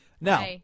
Now